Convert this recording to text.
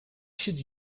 should